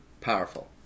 powerful